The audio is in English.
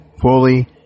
fully